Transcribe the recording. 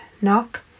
Knock